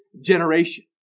generation